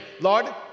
Lord